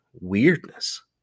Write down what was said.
weirdness